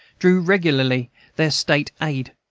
drew regularly their state aid.